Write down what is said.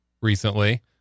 recently